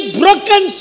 broken